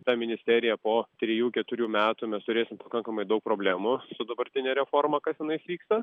ta ministeriją po trijų keturių metų mes turėsim pakankamai daug problemų su dabartine reforma kas tenais vyksta